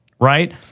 right